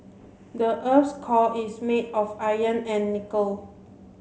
the earth's core is made of iron and nickel